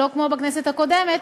שלא כמו בכנסת הקודמת,